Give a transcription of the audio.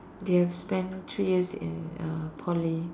they have spent three years in uh Poly